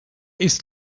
ist